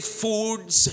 foods